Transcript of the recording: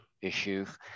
issues